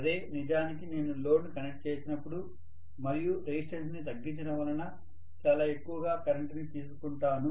అదే నిజానికి నేను లోడ్ను కనెక్ట్ చేసినప్పుడు మరియు రెసిస్టెన్స్ ని తగ్గించడం వలన చాలా ఎక్కువగా కరెంటుని తీసుకుంటాను